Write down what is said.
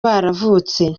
baravutse